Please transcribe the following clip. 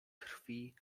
krwi